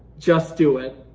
just do it.